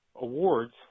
awards